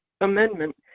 amendment